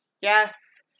Yes